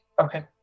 Okay